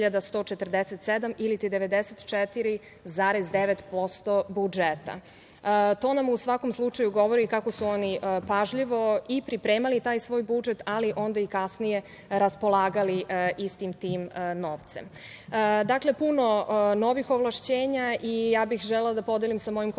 To nam, u svakom slučaju, govori kako su oni pažljivo i pripremali taj svoj budžet, ali onda i kasnije raspolagali istim tim novcem. Dakle, puno novih ovlašćenja. Ja bih želela da podelim sa mojim kolegama